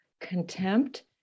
contempt